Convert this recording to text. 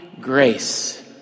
grace